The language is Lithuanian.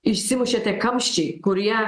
išsimušė tie kamščiai kurie